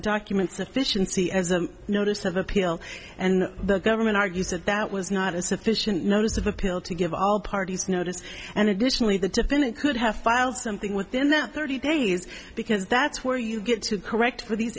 documents efficiency as a notice of appeal and the government argues that that was not a sufficient notice of appeal to give all parties notice and additionally the defendant could have filed something within that thirty days because that's where you get to correct these